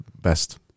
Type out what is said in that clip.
best